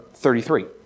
33